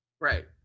Right